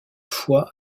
fois